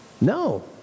No